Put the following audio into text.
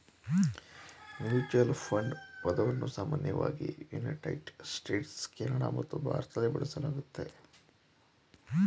mutual fund ಪದವನ್ನ ಸಾಮಾನ್ಯವಾಗಿ United States, Canada ಮತ್ತು ಭಾರತದಲ್ಲಿ ಬಳಸಲಾಗುತ್ತೆ